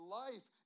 life